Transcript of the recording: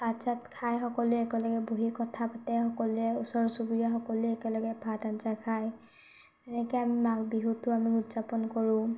ভাত চাত খাই সকলোৱে একেলগে বহি কথা পাতে সকলোৱে ওচৰ চুবুৰীয়া সকলোৱে একেলগে ভাত আঞ্জা খায় এনেকৈ আমি মাঘ বিহুটো আমি উদযাপন কৰোঁ